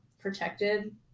protected